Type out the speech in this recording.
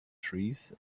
trees